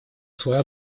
свой